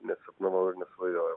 nesapnavau ir nesvajojau